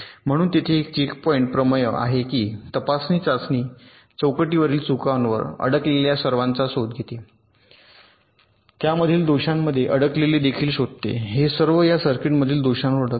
म्हणून तेथे एक चेकपॉईंट प्रमेय आहे की तपासणी चाचणी चौकटीवरील चुकांवर अडकलेल्या सर्वांचा शोध घेते आणि त्यामधील दोषांमधे अडकलेले देखील शोधते हे सर्व या सर्किटमधील दोषांवर अडकले